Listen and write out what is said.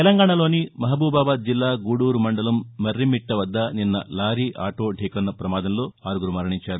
తెలంగాణాలోని మహబూబాబాద్ జిల్లా గుడూరు మండలం మురిమిట్ట వద్ద నిన్న లారీ ఆటో ఢీకాన్న ప్రమాదంలో ఆరుగురు మరణించారు